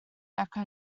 echo